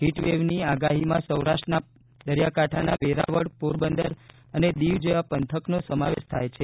હીટવેવની આગાહીમાં સૌરાષ્ટ્રના દરિયાકાંઠાના વેરાવળ પોરબંદર અને દિવ જેવા પંથકનો સમાવેશ થાય છે